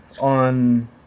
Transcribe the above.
on